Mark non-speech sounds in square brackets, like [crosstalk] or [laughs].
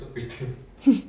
[laughs]